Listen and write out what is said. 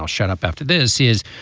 shut up after this is.